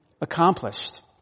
accomplished